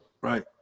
right